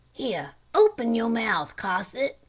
here, open your mouth, cosset,